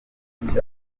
cavuze